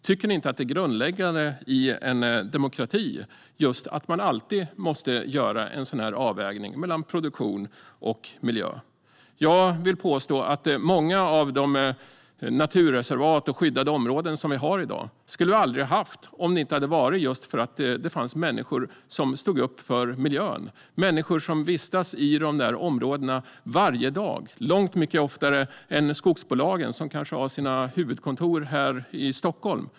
Tycker ni inte att det är grundläggande i en demokrati att man alltid måste göra en avvägning mellan produktion och miljö? Jag vill påstå att många av de naturreservat och skyddade områden som vi har i dag inte skulle ha funnits om det inte hade varit för att människor stod upp för miljön - människor som vistas i dessa områden varje dag, långt mycket oftare än skogsbolagen, som kanske har sina huvudkontor här i Stockholm.